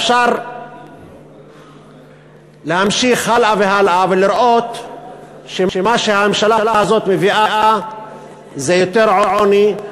אפשר להמשיך הלאה והלאה ולראות שמה שהממשלה הזאת מביאה זה יותר עוני,